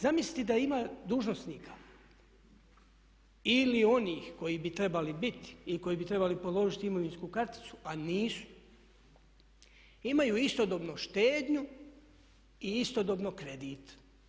Zamislite da ima dužnosnika ili oni koji bi trebali biti ili koji bi trebali položiti imovinsku karticu a nisu, imaju istodobno štednju i istodobno kredit.